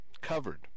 Covered